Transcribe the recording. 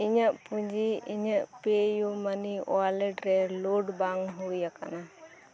ᱤᱧᱟᱹᱜ ᱯᱩᱸᱡᱤ ᱤᱧᱟᱜ ᱯᱮᱭᱩᱢᱟᱱᱤ ᱳᱣᱟᱞᱮᱴ ᱨᱮ ᱞᱳᱰ ᱵᱟᱝ ᱦᱩᱭ ᱟᱠᱟᱱᱟ